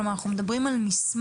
כלומר אנחנו מדברים על מסמך,